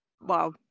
Wow